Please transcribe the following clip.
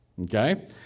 Okay